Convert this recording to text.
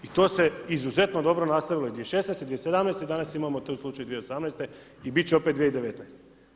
I to se izuzetno dobro nastavilo 2016., 2017. i danas imamo tu slučaj 2018. i biti će opet 2019.